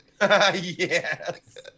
Yes